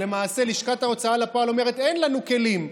כשלמעשה לשכת ההוצאה לפועל אומרת: אין לנו כלים,